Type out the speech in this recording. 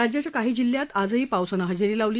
राज्याच्या काही जिल्ह्यात आजही पावसानं हजेरी लावली